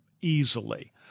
easily